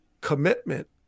commitment